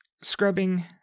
scrubbing